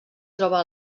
troba